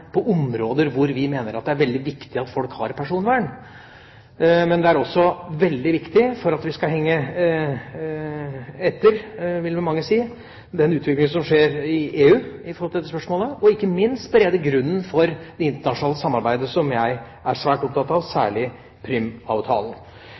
på områder hvor vi mener at det er veldig viktig at folk har et personvern, men det er også veldig viktig for at vi ikke skal henge etter den utviklingen som skjer i EU i forhold til dette spørsmålet, og ikke minst berede grunnen for det internasjonale samarbeidet, som jeg er veldig opptatt av,